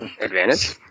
advantage